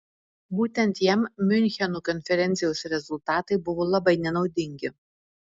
būtent jam miuncheno konferencijos rezultatai buvo labai nenaudingi